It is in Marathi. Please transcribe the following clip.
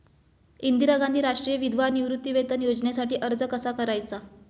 इंदिरा गांधी राष्ट्रीय विधवा निवृत्तीवेतन योजनेसाठी अर्ज कसा करायचा?